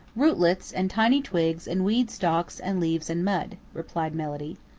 rootlets and tiny twigs and weed stalks and leaves and mud, replied melody.